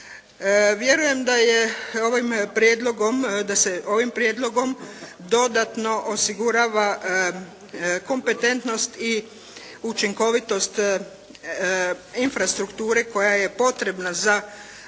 prijedlogom, da se ovim prijedlogom dodatno osigurava kompetentnost i učinkovitost infrastrukture koja je potrebna za